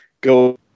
go